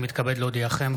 הינני מתכבד להודיעכם,